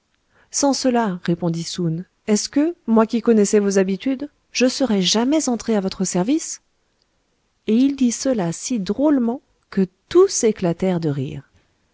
sans cela répondit soun est-ce que moi qui connaissais vos habitudes je serais jamais entré à votre service et il dit cela si drôlement que tous éclatèrent de rire